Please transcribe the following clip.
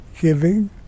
giving